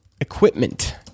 equipment